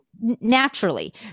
naturally